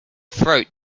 throat